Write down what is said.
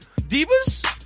Divas